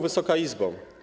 Wysoka Izbo!